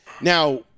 Now